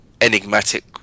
enigmatic